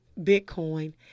bitcoin